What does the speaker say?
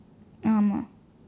ஆமாம்:aamaam